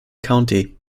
county